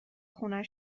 خونه